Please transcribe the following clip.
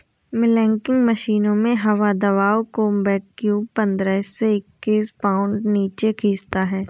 milking मशीनों में हवा दबाव को वैक्यूम पंद्रह से इक्कीस पाउंड नीचे खींचता है